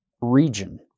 region